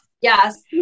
Yes